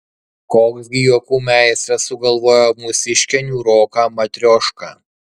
koks gi juokų meistras sugalvojo mūsiškę niūroką matriošką